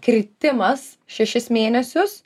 kritimas šešis mėnesius